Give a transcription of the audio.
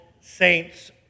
saints